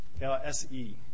LSE